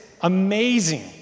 amazing